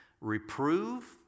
Reprove